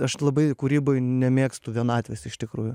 aš labai kūryboj nemėgstu vienatvės iš tikrųjų